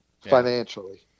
Financially